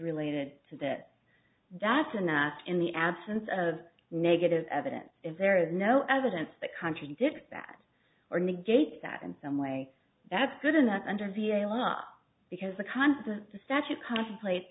related to that that's a nasty in the absence of negative evidence if there is no evidence that contradicts that or negate that in some way that's good enough under v a law because the constant statute contemplate